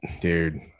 dude